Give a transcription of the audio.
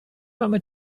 mamy